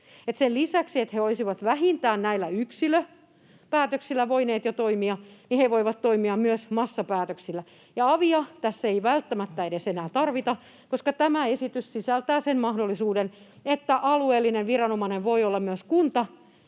sen lisäksi, että he olisivat vähintään näillä yksilöpäätöksillä voineet jo toimia, he voivat toimia myös massapäätöksillä. Ja avia tässä ei välttämättä edes enää tarvita, koska tämä esitys sisältää sen mahdollisuuden, että alueellinen viranomainen voi olla myös kunta